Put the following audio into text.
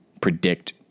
predict